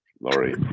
Laurie